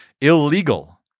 illegal